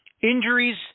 Injuries